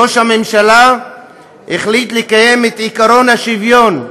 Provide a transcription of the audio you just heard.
ראש הממשלה החליט לקיים את עקרון השוויון,